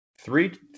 three